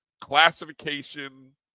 classification